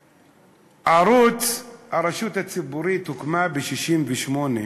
כשערוץ, כשהרשות הציבורית הוקמה, ב-1968,